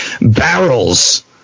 barrels